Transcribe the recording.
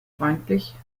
freundlich